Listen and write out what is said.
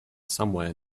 somewhere